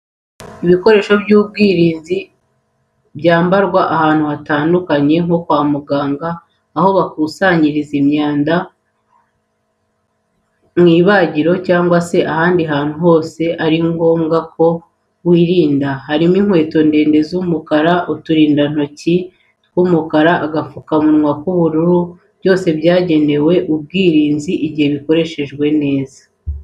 Ibikoresho by'ubwirinzi byambarwa ahantu hatandukanye nko kwa muganga, aho bakusanyiriza imyanda, mu ibagiro, cyangwa se n'ahandi hose wabona ari ngombwa ko wirinda harimo inkweto ndende z'umukara, uturindantoki tw'umukara n'agapfukamunwa k'ubururu, byose byagenewe ubwirinzi mu gihe bikoreshejwe neza.